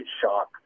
shock